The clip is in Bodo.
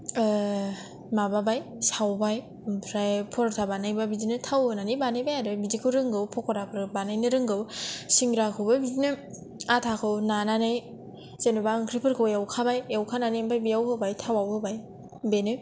माबाबाय सावबाय आमफ्राय परथा बानायबा बिदिनो थाव होनानै बानायबाय आरो बिदिखौ रोंगौ पखराफोरबो बानायनो रोंगौ सिंग्राखौबो बिदिनो आथाखौ नानानै जेन'बा ओंख्रिफोरखौ एवखाबाय एवखानानै आमफाय बेयाव होबाय थावयाव होबाय बेनो